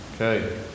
Okay